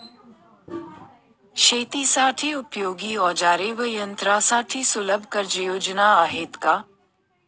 शेतीसाठी उपयोगी औजारे व यंत्रासाठी सुलभ कर्जयोजना आहेत का?